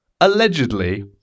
allegedly